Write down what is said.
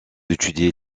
étudie